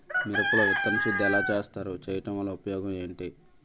మిరప లో విత్తన శుద్ధి ఎలా చేస్తారు? చేయటం వల్ల ఉపయోగం ఏంటి?